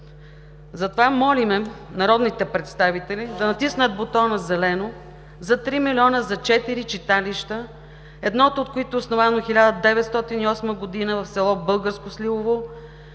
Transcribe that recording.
Затова молим народните представители да натиснат бутона зелено за 3 милиона за четири читалища, едното от които основано 1908 г. в село Българско Сливово;